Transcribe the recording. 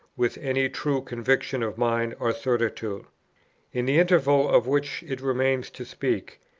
with any true conviction of mind or certitude. in the interval, of which it remains to speak,